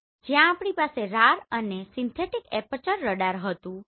તો જ્યાં આપણી પાસે RAR અને સિન્થેટીક એપર્ચર રડાર હતું